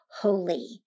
holy